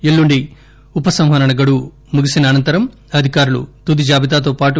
ఎల్లుండి ఉపసంహరణ గడువు ముగిసిన అనంతరం అధికారులు తుదిజాబితాతో పాటు